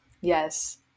yes